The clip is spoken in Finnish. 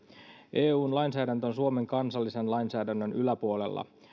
eun lainsäädäntö on suomen kansallisen lainsäädännön yläpuolella